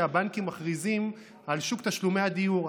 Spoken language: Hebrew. הבנקים מכריזים על שוק תשלומי הדיור.